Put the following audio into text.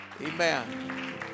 Amen